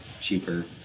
cheaper